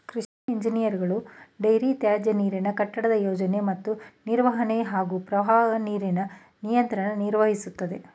ಕೃಷಿ ಇಂಜಿನಿಯರ್ಗಳು ಡೈರಿ ತ್ಯಾಜ್ಯನೀರಿನ ಕಟ್ಟಡದ ಯೋಜನೆ ಮತ್ತು ನಿರ್ವಹಣೆ ಹಾಗೂ ಪ್ರವಾಹ ನೀರಿನ ನಿಯಂತ್ರಣ ನಿರ್ವಹಿಸ್ತದೆ